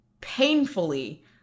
painfully